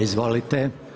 Izvolite.